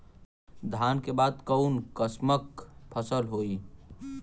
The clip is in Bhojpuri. धान के बाद कऊन कसमक फसल होई?